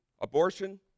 abortion